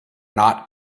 not